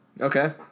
Okay